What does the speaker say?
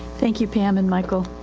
thank you pam and michael.